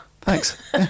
Thanks